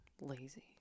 lazy